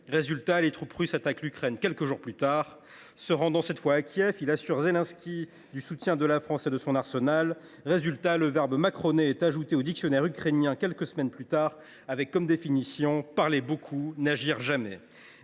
Résultat : les troupes russes attaquent l’Ukraine quelques jours plus tard. Il se rend alors à Kiev, où il assure Zelensky du soutien de la France et de son arsenal. Résultat : le verbe « macroner » est ajouté au dictionnaire ukrainien quelques semaines plus tard, avec comme définition :« parler beaucoup, n’agir jamais ».